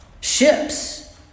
Ships